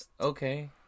okay